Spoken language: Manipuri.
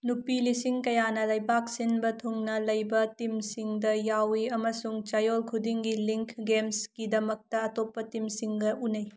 ꯅꯨꯄꯤ ꯂꯤꯁꯤꯡ ꯀꯌꯥꯅ ꯂꯩꯄꯥꯛ ꯁꯤꯟꯕ ꯊꯨꯡꯅ ꯂꯩꯕ ꯇꯤꯝꯁꯤꯡꯗ ꯌꯥꯎꯏ ꯑꯃꯁꯨꯡ ꯆꯌꯣꯜ ꯈꯨꯗꯤꯡꯒꯤ ꯂꯤꯡꯛ ꯒꯦꯝꯁꯀꯤꯗꯃꯛꯇ ꯑꯇꯣꯞꯄ ꯇꯤꯝꯁꯤꯡꯒ ꯎꯅꯩ